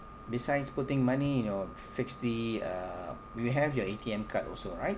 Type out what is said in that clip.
besides putting money in your fix the uh you have your A_T_M card also right